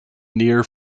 near